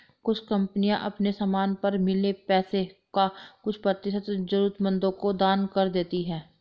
कुछ कंपनियां अपने समान पर मिले पैसे का कुछ प्रतिशत जरूरतमंदों को दान कर देती हैं